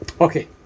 okay